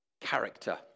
character